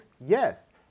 Yes